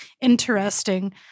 interesting